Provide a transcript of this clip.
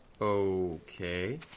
Okay